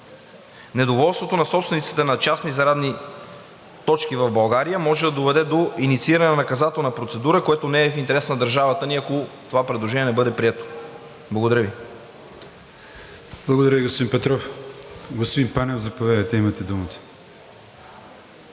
Недоволството на собствениците на частни зарядни точки в България може да доведе до иницииране на наказателна процедура, което не е в интерес на държавата ни, ако това предложение бъде прието. Благодаря Ви. ПРЕДСЕДАТЕЛ АТАНАС АТАНАСОВ: Благодаря, господин Петров. Господин Панев, заповядайте, имате думата.